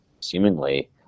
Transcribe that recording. seemingly